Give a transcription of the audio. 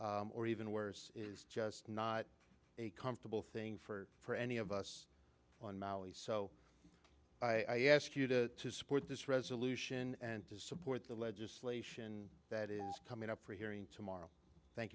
services or even worse is just not a comfortable thing for for any of us on maui so i ask you to support this resolution and to support the legislation that is coming up for a hearing tomorrow thank